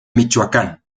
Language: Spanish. michoacán